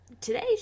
today